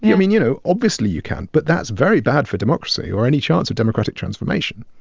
yeah mean, you know, obviously you can, but that's very bad for democracy or any chance of democratic transformation.